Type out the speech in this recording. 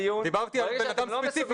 דיברתי על בן אדם ספציפי